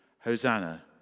Hosanna